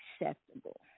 acceptable